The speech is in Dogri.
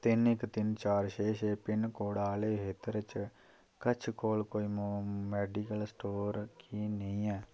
तिन्न इक तिन्न चार छे छे पिन कोड आह्ले खेत्तर च कश कोल कोई मेडिकल स्टोर की निं ऐ